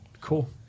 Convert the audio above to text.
Cool